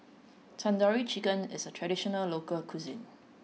Tandoori Chicken is a traditional local cuisine